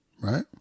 right